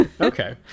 Okay